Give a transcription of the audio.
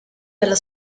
della